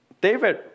David